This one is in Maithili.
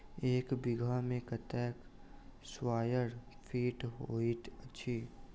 एक बीघा मे कत्ते स्क्वायर फीट होइत अछि?